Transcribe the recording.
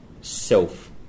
self